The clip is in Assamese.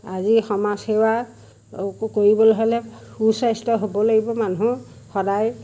আজি সমাজ সেৱা কৰিবলৈ হ'লে সুস্বাস্থ্য হ'ব লাগিব মানুহ সদায়